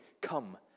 come